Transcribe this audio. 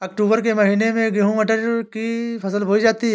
अक्टूबर के महीना में गेहूँ मटर की फसल बोई जाती है